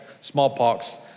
smallpox